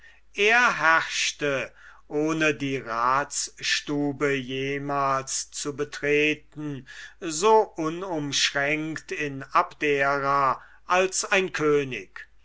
er herrschte ohne die ratsstube jemals zu betreten so unumschränkt in abdera als ein könig